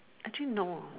actually no